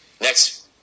next